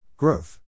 Growth